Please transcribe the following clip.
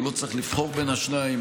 הוא לא צריך לבחור בין השניים.